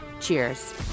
Cheers